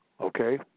Okay